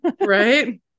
right